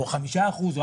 או 5 אחוז,